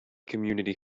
community